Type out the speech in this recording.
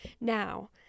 now